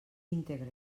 íntegre